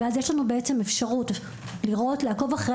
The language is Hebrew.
ואז יש לנו אפשרות לראות ולעקוב אחרי